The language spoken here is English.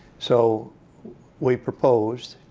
so we proposed